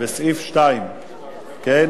סעיף קטן